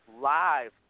live